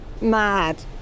mad